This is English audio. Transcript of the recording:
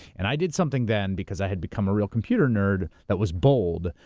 and i did something then because i had become a real computer nerd that was bold,